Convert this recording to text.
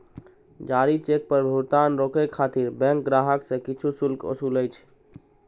जारी चेक पर भुगतान रोकै खातिर बैंक ग्राहक सं किछु शुल्क ओसूलै छै